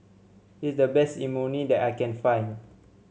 this is the best Imoni that I can find